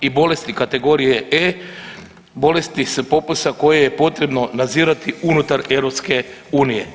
I bolesti kategorije E, bolesti sa popisa koje je potrebno nadzirati unutar EU.